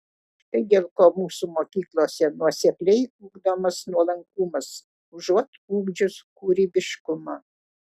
štai dėl ko mūsų mokyklose nuosekliai ugdomas nuolankumas užuot ugdžius kūrybiškumą